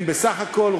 הם בסך הכול,